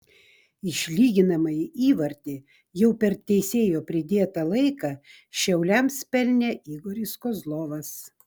išlyginamąjį įvartį jau per teisėjo pridėtą laiką šiauliams pelnė igoris kozlovas